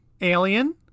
Alien